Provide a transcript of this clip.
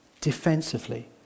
defensively